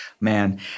Man